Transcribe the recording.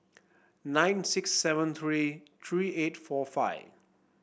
nine six seven three three eight four five